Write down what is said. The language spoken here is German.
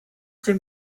dem